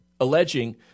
alleging